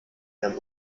ihren